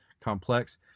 complex